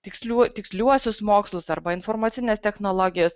tikslių tiksliuosius mokslus arba informacines technologijas